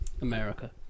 America